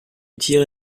tiere